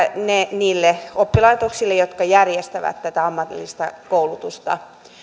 niille oppilaitoksille jotka järjestävät tätä ammatillista koulutusta